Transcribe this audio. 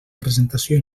presentació